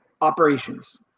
operations